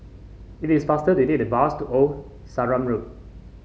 it is faster to take the bus to Old Sarum Road